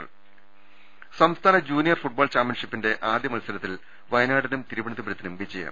ൾ സംസ്ഥാന junior football ചാമ്പ്യൻഷിപ്പിന്റെ ആദ്യ മൽസരത്തിൽ വയനാടിനും തിരുവനന്തപുരത്തിനും ജയം